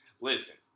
Listen